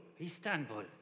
Istanbul